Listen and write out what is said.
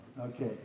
Okay